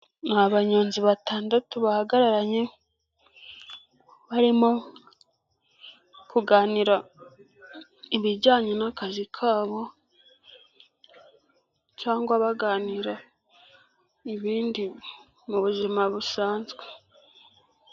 Ni abanyonzi batandatu bahagararanye barimo kuganira ibijyanye n'akazi kabo cyangwa baganira ibindi mu buzima busanzwe.